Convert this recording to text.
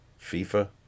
FIFA